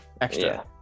extra